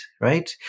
right